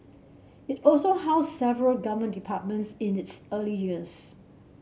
it also housed several Government departments in its early years